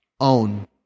own